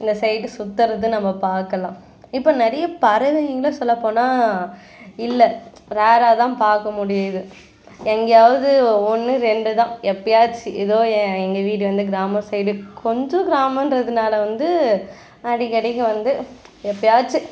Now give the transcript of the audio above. இந்த சைடு சுற்றுறது நம்ம பார்க்கலாம் இப்போ நிறைய பறவைங்களை சொல்லப் போனால் இல்லை ரேர்ராகதான் பார்க்க முடியுது எங்கேயாவுது ஒன்று ரெண்டுதான் எப்பயாச்சு ஏதோ எ எங்கள் வீடு வந்து கிராமம் சைடு கொஞ்சம் கிராமங்றதுனால வந்து அடிக்கடிக்க வந்து எப்பயாச்சு